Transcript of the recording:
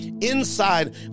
Inside